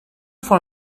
for